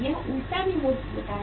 यह उल्टा भी होता है